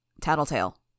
Tattletale